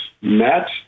met